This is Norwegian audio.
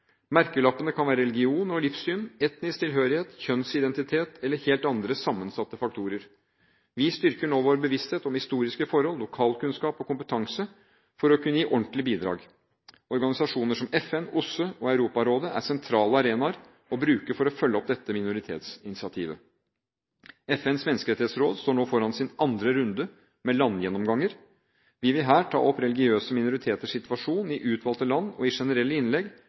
Merkelappene kan være religion og livssyn, etnisk tilhørighet, kjønnsidentitet eller helt andre, sammensatte faktorer. Vi styrker nå vår bevissthet om historiske forhold, lokalkunnskap og kompetanse for å kunne gi ordentlige bidrag. Organisasjoner som FN, OSSE og Europarådet er sentrale arenaer å bruke for å følge opp dette minoritetsinitiativet. FNs menneskerettighetsråd står nå foran sin andre runde med landgjennomganger. Vi vil her ta opp religiøse minoriteters situasjon i utvalgte land og i generelle innlegg